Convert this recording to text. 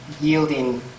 yielding